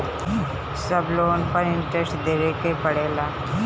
सब लोन पर इन्टरेस्ट देवे के पड़ेला?